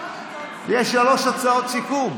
יש שלוש הצעות סיכום.